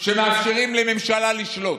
שמאפשרים לממשלה לשלוט,